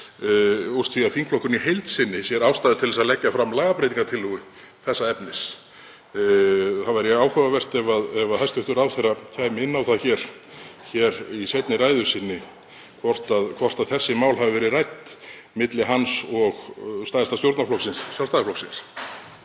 úr því að þingflokkurinn í heild sinni sér ástæðu til að leggja fram lagabreytingartillögu þessa efnis. Það væri áhugavert ef hæstv. ráðherra kæmi inn á það í seinni ræðu sinni hvort þessi mál hafi verið rædd milli hans og stærsta stjórnarflokksins,